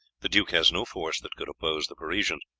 the duke has no force that could oppose the parisians.